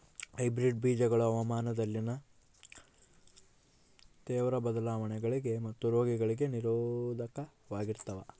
hybrid ಬೇಜಗಳು ಹವಾಮಾನದಲ್ಲಿನ ತೇವ್ರ ಬದಲಾವಣೆಗಳಿಗೆ ಮತ್ತು ರೋಗಗಳಿಗೆ ನಿರೋಧಕವಾಗಿರ್ತವ